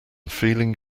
feeling